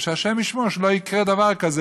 ושהשם ישמור שלא יקרה דבר כזה,